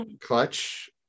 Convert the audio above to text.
Clutch